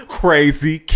crazy